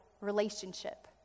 relationship